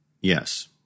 Yes